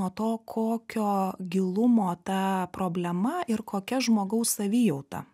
nuo to kokio gilumo ta problema ir kokia žmogaus savijauta